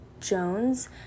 Jones